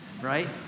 right